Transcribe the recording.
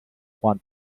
want